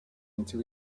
into